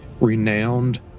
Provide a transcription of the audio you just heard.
renowned